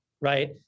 right